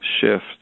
shift